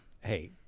hey